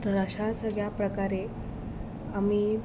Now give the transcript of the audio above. तर अशा सगळ्या प्रकारे आम्ही